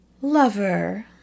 Lover